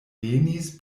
venis